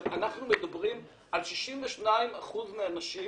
אנחנו מדברים על 62 אחוזים מהנשים